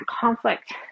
conflict